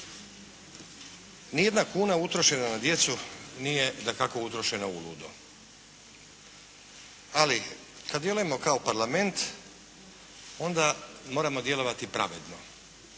Nijedna kuna utrošena na djecu, nije dakako utrošena uludo. Ali, kad djelujemo kao parlament, onda moramo djelovati pravedno.